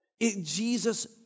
Jesus